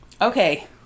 Okay